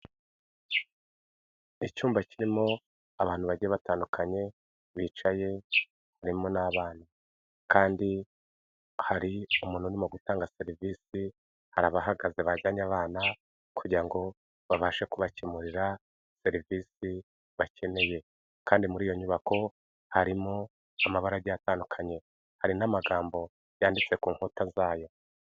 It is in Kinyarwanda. Icyumba kirimo abantu bajyiye batandukanye bicaye harimo n'abana, kandi hari umuntu urimo gutanga mu gutanga serivisi hari abahagaze baganyaye abana kugira ngo babashe kubakemurira serivisi bakeneye kandi muri iyo nyubako harimo amabara agiye atandukanye hari n'amagambo yanditse ku nkuta zayo.